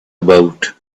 about